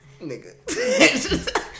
nigga